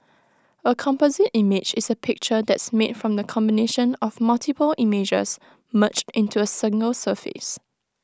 A composite image is A picture that's made from the combination of multiple images merged into A single surface